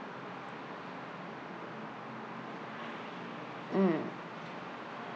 mm